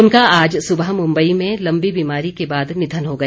उनका आज सुबह मुम्बई में लम्बी बीमारी के बाद निधन हो गया